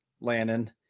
Lannon